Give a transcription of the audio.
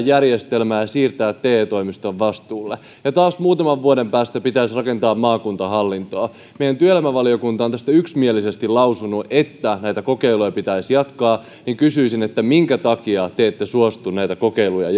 järjestelmää ja siirtämään te toimiston vastuulle ja taas muutaman vuoden päästä pitäisi rakentaa maakuntahallintoa kun meidän työelämävaliokunta on tästä yksimielisesti lausunut että näitä kokeiluja pitäisi jatkaa niin kysyisin minkä takia te ette suostu näitä kokeiluja